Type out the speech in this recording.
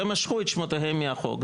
ומשכו את שמותיהם מהחוק.